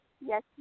Yes